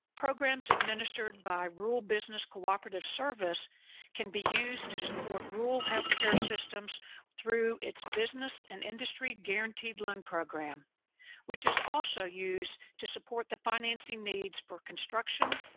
programs administered by rural business cooperative service can be used to support rural health care systems through its business and industry guaranteed loan program which is also used to support the financing needs for construction,